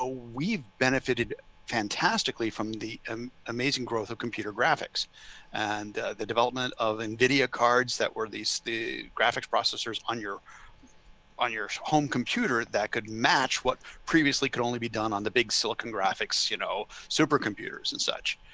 ah we've benefited fantastically from the um amazing growth of computer graphics and the development of and video cards that were these the graphics processors on your on your home computer that could match what previously could only be done on the big silicon graphics, you know, supercomputers and such,